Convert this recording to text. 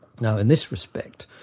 now in this respect,